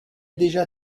déjà